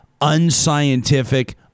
unscientific